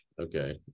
Okay